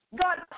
God